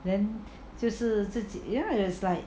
then 就是自己 ya there's like